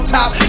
top